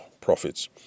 profits